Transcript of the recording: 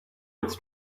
its